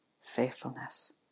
faithfulness